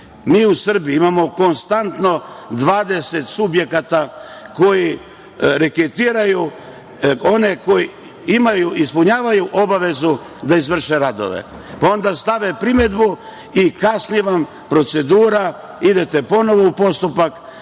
mi u Srbiji imamo konstantno 20 subjekata koji reketiraju one koji ispunjavaju obavezu da izvrše radove, a onda stave primedbu i kasni vam procedura, idete ponovo u postupak,